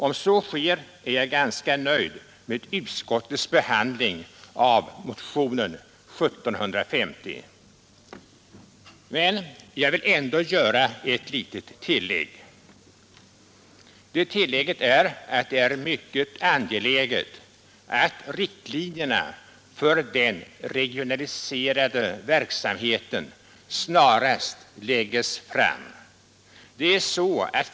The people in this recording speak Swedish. Om så sker är jag ganska nöjd med utskottets behandling av motionen 1750. Jag vill ändå göra det tillägget att det är mycket angeläget, att riktlinjerna för den regionaliserade verksamheten snarast läggs fram.